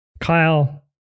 Kyle